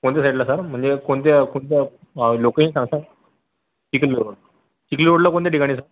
कोणत्या साईडला सर म्हणजे कोणत्या कोणत्या अं लोकेशन सांगता चिखली रोडवर चिखली रोडला कोणत्या ठिकाणी सर